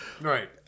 Right